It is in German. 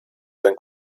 sein